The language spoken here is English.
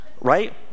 Right